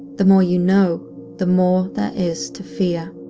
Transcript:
the more you know the more there is to fear.